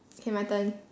okay my turn